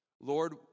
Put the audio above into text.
Lord